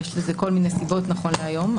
יש לזה כל מיני סיבות נכון להיום,